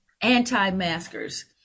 anti-maskers